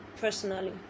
personally